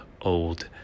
old